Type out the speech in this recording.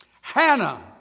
Hannah